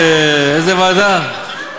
לוועדת, איזו ועדה?